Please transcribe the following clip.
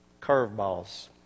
curveballs